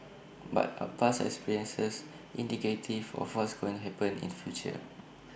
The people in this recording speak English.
but are past experiences indicative of what's going happen in future